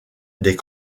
des